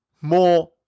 more